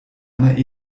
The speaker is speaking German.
einer